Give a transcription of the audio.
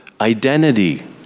identity